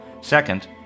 Second